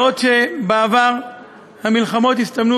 בעוד בעבר המלחמות הסתמנו